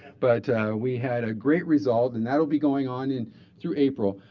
but we had a great result. and that will be going on and through april.